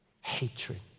Hatred